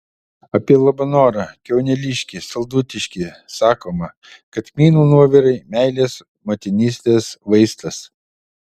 apie labanorą kiauneliškį saldutiškį sakoma kad kmynų nuovirai meilės motinystės vaistas